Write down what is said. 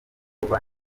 kuba